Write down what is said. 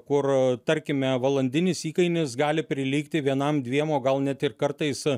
kur tarkime valandinis įkainis gali prilygti vienam dviem o gal net ir kartais